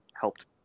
helped